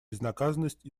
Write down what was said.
безнаказанность